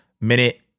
minute